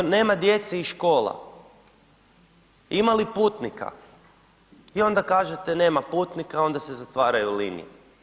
Ako nema djece i škola, ima li putnika i onda kažete nema putnika onda se zatvaraju linije.